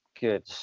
Good